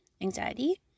anxiety